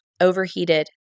overheated